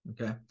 Okay